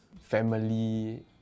family